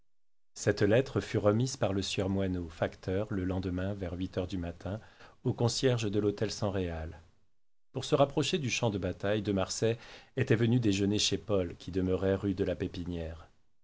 cette lettre fut remise par le sieur moinot facteur le lendemain vers huit heures du matin au concierge de l'hôtel san réal pour se rapprocher du champ de bataille de marsay était venu déjeuner chez paul qui demeurait rue de la pépinière